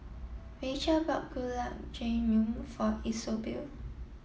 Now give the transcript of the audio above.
Rachel bought Gulab Jamun for Isobel